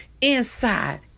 inside